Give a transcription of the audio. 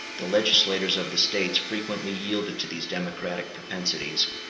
the legislators of the states frequently yielded to these democratic propensities,